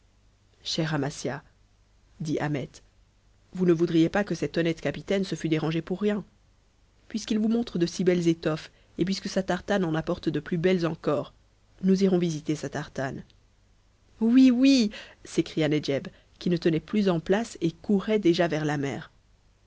amasia dit ahmet vous ne voudriez pas que ce honnête capitaine se fût dérangé pour rien puisqu'il vous montre de si belles étoffes et puisque sa tartane en apporte de plus belles encore nous irons visiter sa tartane oui oui s'écria nedjeb qui ne tenait plus en place et courait déjà vers la mer